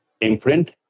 imprint